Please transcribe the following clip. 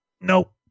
Nope